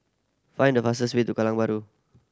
find the fastest way to Kallang Bahru